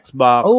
Xbox